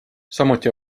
samuti